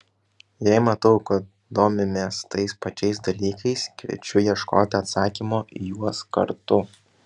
jei matau kad domimės tais pačiais dalykais kviečiu ieškoti atsakymo į juos kartu